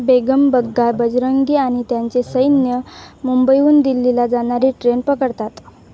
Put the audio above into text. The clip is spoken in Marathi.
बेगम बग्गा बजरंगी आणि त्यांचे सैन्य मुंबईहून दिल्लीला जाणारी ट्रेन पकडतात